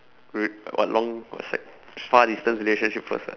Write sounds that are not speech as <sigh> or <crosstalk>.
<noise> what long what's that <noise> far distance relationship first ah